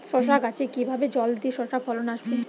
শশা গাছে কিভাবে জলদি শশা ফলন আসবে?